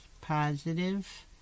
positive